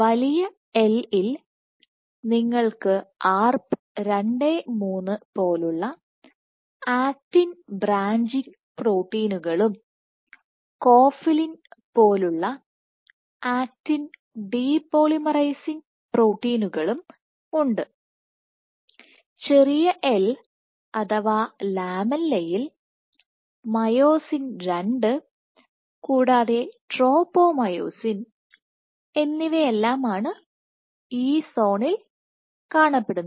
വലിയ "L" ൽ നിങ്ങൾക്ക് Arp 23 പോലുള്ള ആക്റ്റിൻ ബ്രാഞ്ചിംഗ് പ്രോട്ടീനുകളും കോഫിലിൻ പോലുള്ള ആക്റ്റിൻ ഡിപോളിമറൈസിങ് പ്രോട്ടീനുകളും ഉണ്ട് ചെറിയ "l" അഥവാ ലാമെല്ലയിൽ മയോസിൻ II കൂടാതെ ട്രോപോമയോസിൻ എന്നിവയെല്ലാമാണ് ഈ സോണിൽ കാണപ്പെടുന്നത്